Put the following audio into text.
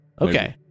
Okay